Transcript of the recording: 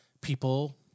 people